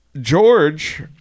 George